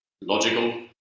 logical